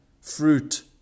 Fruit